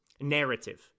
narrative